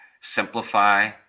simplify